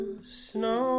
Snow